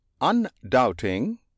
Undoubting